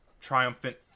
triumphant